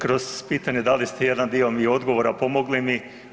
Kroz pitanje dali ste mi jedan dio odgovora, pomogli mi.